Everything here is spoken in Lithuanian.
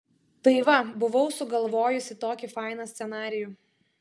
tai va buvau sugalvojusi tokį fainą scenarijų